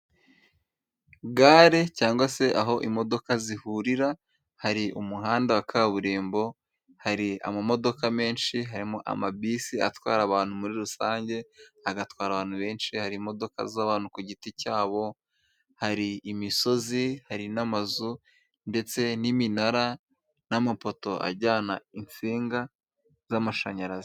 Gare cyangwa se aho imodoka zihurira, hari umuhanda wa kaburimbo, hari amamodoka menshi, harimo amabisi atwara abantu muri rusange agatwara abantu benshi, hari imodoka z'abantu ku giti cyabo, hari imisozi, hari n'amazu ndetse n'iminara n'amapoto ajyana insinga z'amashanyarazi.